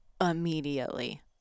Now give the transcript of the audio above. immediately